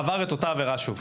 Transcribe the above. עבר את אותה עבירה שוב.